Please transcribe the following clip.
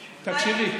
תקשיבי.